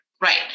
right